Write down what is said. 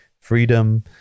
freedom